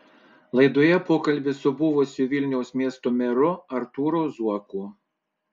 laidoje pokalbis su buvusiu vilniaus miesto meru artūru zuoku